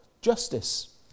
justice